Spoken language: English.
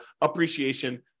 appreciation